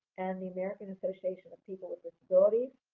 and the american association people with disabilities,